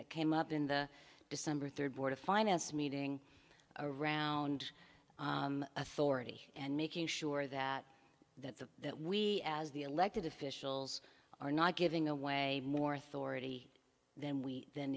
that came up in the december third board of finance meeting around authority and making sure that that the that we as the elected officials are not giving away more authority than we than